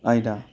आयदा